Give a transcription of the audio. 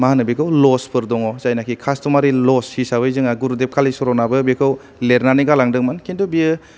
मा होनो बेखौ लवसफोर दङ जायनाखि कास्थमारि लवस हिसाबै जोंहा गुरुदेब कालिसरनाबो बेखौ लेरनानै गालांदोंमोन खिन्थु बियो